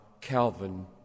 Calvin